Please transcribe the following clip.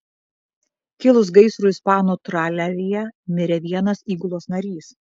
kilus gaisrui ispanų traleryje mirė vienas įgulos narys